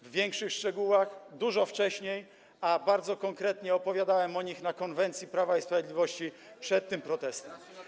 w większych szczegółach dużo wcześniej, a bardzo konkretnie opowiadałem o nim na konwencji Prawa i Sprawiedliwości przed tym protestem.